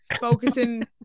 focusing